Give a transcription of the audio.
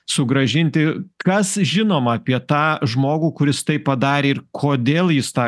sugrąžinti kas žinoma apie tą žmogų kuris tai padarė ir kodėl jis tą